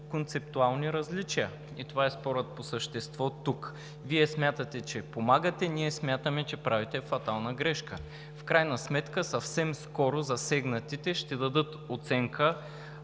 концептуални различия и това е спорът по същество тук. Вие смятате, че помагате, ние смятаме, че правите фатална грешка. В крайна сметка съвсем скоро засегнатите ще дадат оценка